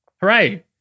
Hooray